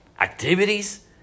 activities